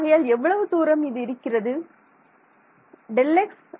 ஆகையால் எவ்வளவு தூரம் இது இருக்கிறது Δx